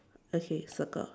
okay circle